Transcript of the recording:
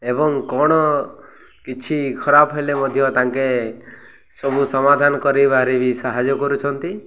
ଏବଂ କ'ଣ କିଛି ଖରାପ ହେଲେ ମଧ୍ୟ ତାଙ୍କେ ସବୁ ସମାଧାନ କରେଇବାରେ ବି ସାହାଯ୍ୟ କରୁଛନ୍ତି